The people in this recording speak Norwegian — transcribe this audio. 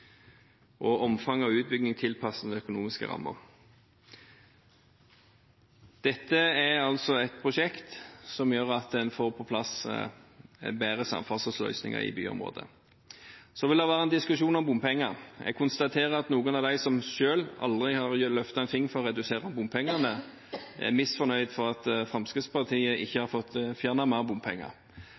gjennomføring. Omfanget av utbyggingen må være tilpasset den økonomiske rammen. Dette er et prosjekt som gjør at en får på plass bedre samferdselsløsninger i byområdet. Det vil være en diskusjon om bompenger. Jeg konstaterer at noen av dem som selv aldri har løftet en finger for å redusere bompengene, er misfornøyde fordi Fremskrittspartiet ikke har fått fjernet mer bompenger.